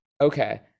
okay